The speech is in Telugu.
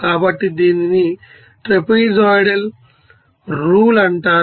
కాబట్టి దీనిని ట్రాపెజోయిడల్ రూల్ అంటారు